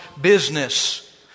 business